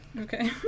Okay